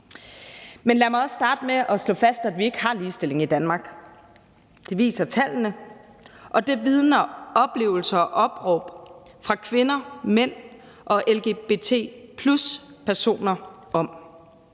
Men lad mig også starte med at slå fast, at vi ikke har ligestilling i Danmark. Det viser tallene, og det vidner oplevelser og opråb fra kvinder, mænd og lgbt+-personer om.